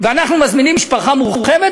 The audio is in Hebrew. ואנחנו מזמינים משפחה מורחבת,